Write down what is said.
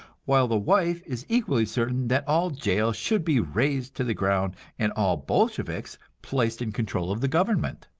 while the wife is equally certain that all jails should be razed to the ground and all bolsheviks placed in control of the government.